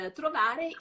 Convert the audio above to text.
trovare